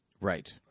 right